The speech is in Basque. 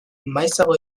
maizago